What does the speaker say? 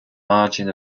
margin